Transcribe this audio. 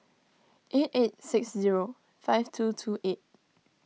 eight eight six zero five two two eight